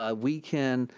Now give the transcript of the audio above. ah we can,